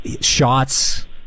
shots